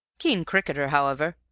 keen cricketer, however.